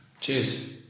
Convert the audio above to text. cheers